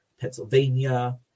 Pennsylvania